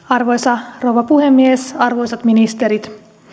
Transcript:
arvoisa rouva puhemies arvoisat ministerit